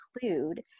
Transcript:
include